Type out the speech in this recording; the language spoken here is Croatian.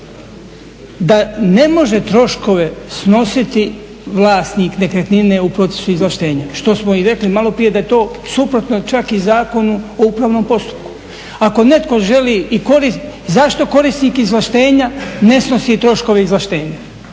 da ne može troškove snositi vlasnik nekretnine u procesu izvlaštenja što smo i rekli malo prije da je to suprotno čak i Zakonu o upravnom postupku. Ako netko želi zašto korisnik izvlaštenja ne snosi troškove izvlaštenja?